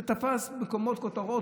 זה תפס כותרות,